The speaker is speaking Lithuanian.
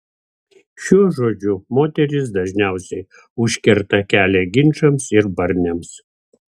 šiuo žodžiu moterys dažniausiai užkerta kelią ginčams ir barniams